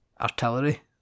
artillery